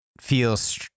feels